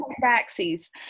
taxis